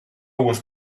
was